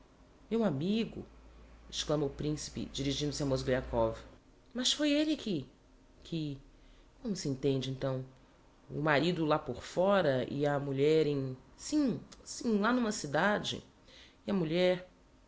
meu amigo exclama o principe dirigindo-se a mozgliakov mas foi elle que que como se intende então o marido lá por fóra e a mulher em sim sim lá n'uma cidade e a mulher